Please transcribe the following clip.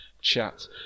chat